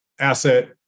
Asset